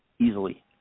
Easily